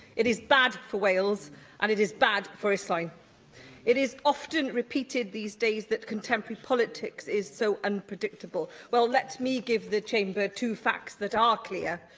it is bad for wales and it is bad for islwyn. it is often repeated these days that contemporary politics is so unpredictable, well, let me give the chamber two facts that are clear.